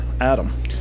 Adam